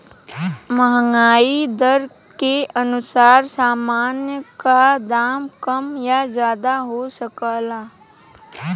महंगाई दर के अनुसार सामान का दाम कम या ज्यादा हो सकला